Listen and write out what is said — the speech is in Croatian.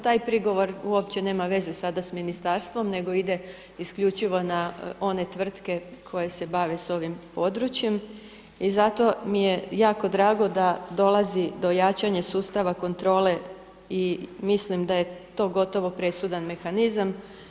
Taj prigovor uopće nema veze sada sa ministarstvom nego ide isključivo na one tvrtke koje se bave s ovim područjem i zato mi je jako drago da dolazi do jačanje sustava kontrole i mislim da je to gotovo presudan mehanizam.